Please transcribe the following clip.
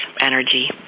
energy